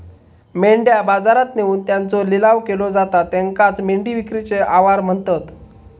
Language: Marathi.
मेंढ्या बाजारात नेऊन त्यांचो लिलाव केलो जाता त्येकाचं मेंढी विक्रीचे आवार म्हणतत